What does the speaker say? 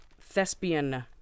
Thespian